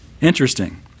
Interesting